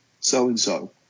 so-and-so